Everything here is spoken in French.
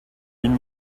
une